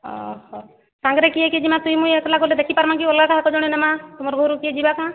ଅ ହ ସାଙ୍ଗରେ କିଏ କିଏ ଜିମା ତୁଇ ମୁଇଁ ଏକ୍ଲା ଗଲେ ଦେଖି ପାର୍ମା କି ଅଲ୍ଗା କାହାକୁ ଜଣେଇ ନେମା ତୁମର ଘରକୁ କିଏ ଯିବା କାଏଁ